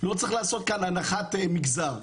לא צריך לעשות פה הנחת מגזר.